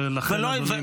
ולכן, אדוני?